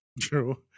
True